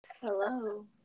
Hello